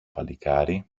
παλικάρι